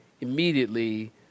immediately